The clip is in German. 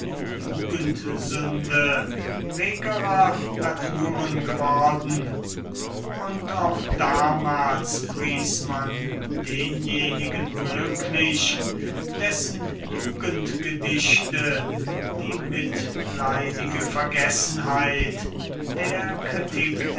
regerer naturen geworden und auch damals pries man denjenigen glücklich dessen jugendgedichte die mitleidige vergessenheit der kritik